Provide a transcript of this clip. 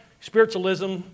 spiritualism